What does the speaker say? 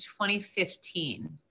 2015